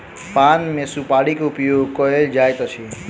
पान मे सुपाड़ी के उपयोग कयल जाइत अछि